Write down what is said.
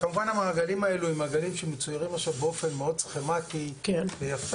כמובן המעגלים האלו הם מעגלים שמצוירים עכשיו באופן מאוד סכמתי ויפה,